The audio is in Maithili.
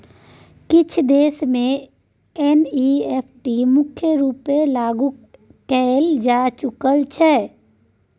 किछ देश मे एन.इ.एफ.टी मुख्य रुपेँ लागु कएल जा चुकल छै